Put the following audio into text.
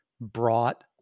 brought